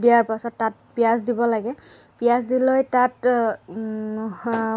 দিয়াৰ পাছত তাত পিঁয়াজ দিব লাগে পিঁয়াজ দি লৈ তাত